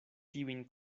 tiujn